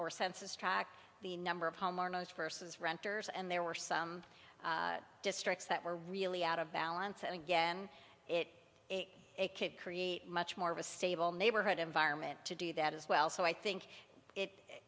or census track the number of homes versus renters and there were some districts that were really out of balance and again it could create much more of a stable neighborhood environment to do that as well so i think it